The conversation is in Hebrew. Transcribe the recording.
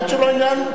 בין שלא לעניין,